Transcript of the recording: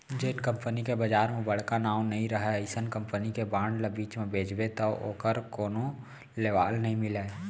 जेन कंपनी के बजार म बड़का नांव नइ रहय अइसन कंपनी के बांड ल बीच म बेचबे तौ ओकर कोनो लेवाल नइ मिलय